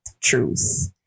truth